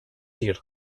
tir